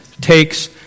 takes